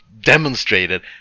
demonstrated